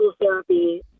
therapy